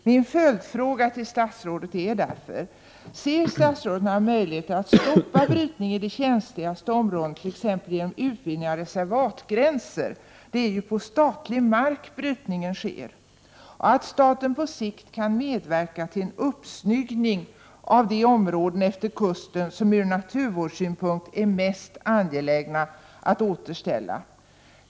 Min följdfråga till statsrådet är därför: Ser statsrådet några möjligheter att stoppa brytning i det känsligaste områdena t.ex. genom utvidgning av reservatgränser — det är ju på statlig mark brytningen sker — och möjligheter att staten på sikt kan medverka till en uppsnyggning av de områden efter kusten som ur naturvårdssynpunkt är de mest angelägna att återställa?